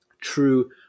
true